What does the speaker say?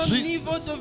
Jesus